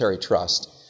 trust